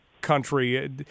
country